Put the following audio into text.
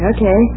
Okay